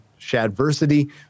Shadversity